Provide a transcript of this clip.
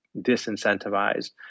disincentivized